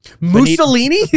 Mussolini